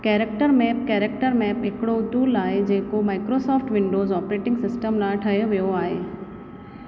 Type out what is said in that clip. character map character map हिकिड़ो tool आहे जेको माइक्रोसॉफ्ट विंडोज ऑपरेटिंग सिस्टम लाइ ठाहियो वियो आहे